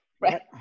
right